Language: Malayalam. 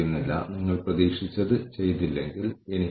തുടർന്ന് നമ്മൾ HR പ്രോസസ് സ്കോർകാർഡ് എന്നറിയപ്പെടുന്നതിലേക്ക് വരുന്നു